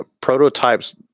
prototypes